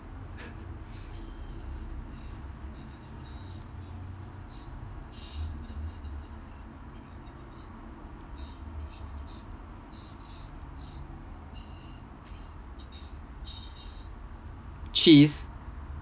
cheese